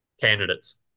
candidates